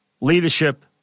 leadership